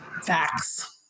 Facts